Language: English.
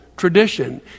tradition